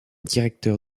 directeur